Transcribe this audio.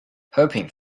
hoping